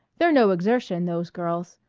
they're no exertion, those girls.